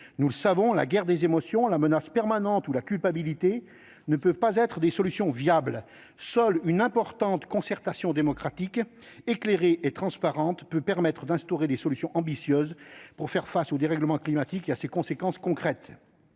nous le savons -la guerre des émotions, la menace permanente ou la culpabilité ne sauraient être des solutions viables. Seule une vaste concertation démocratique, éclairée et transparente pourra ouvrir la voie à des solutions ambitieuses pour faire face au dérèglement climatique et à ses conséquences concrètes.